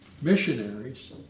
missionaries